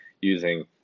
using